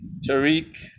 Tariq